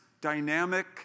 dynamic